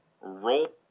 roll